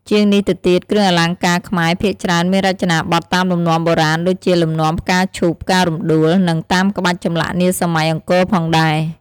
ជាងនេះទៅទៀតគ្រឿងអលង្ការខ្មែរភាគច្រើនមានរចនាបថតាមលំនាំបុរាណ ដូចជា លំនាំផ្កាឈូកផ្ការំដួល និងតាមក្បាច់ចម្លាក់នាសម័យអង្គរផងដែរ។